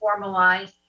formalize